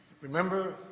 Remember